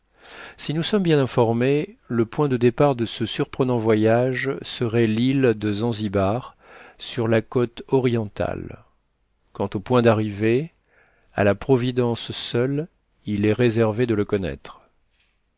si nous sommes bien informés le point de départ de ce surprenant voyage serait l'île de zanzibar sur la côte orientale quant au point d'arrivée à la providence seule il est réservé de le connaître